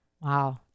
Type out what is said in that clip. wow